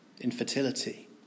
infertility